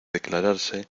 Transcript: declararse